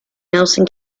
nelson